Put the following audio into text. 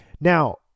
Now